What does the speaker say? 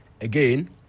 Again